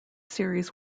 series